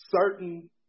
certain